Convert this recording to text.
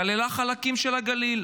כללה חלקים של הגליל.